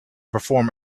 perform